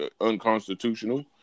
unconstitutional